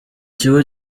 kigo